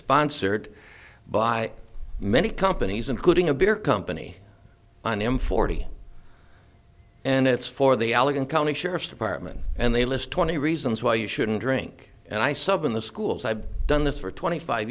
sponsored by many companies including a beer company on him forty and it's for the allegan county sheriff's department and they list twenty reasons why you shouldn't drink and i subbed in the schools i've done this for twenty five